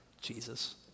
Jesus